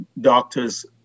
doctors